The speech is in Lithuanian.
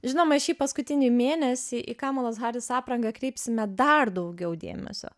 žinoma šį paskutinį mėnesį į kamalos haris aprangą kreipsime dar daugiau dėmesio